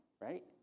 Right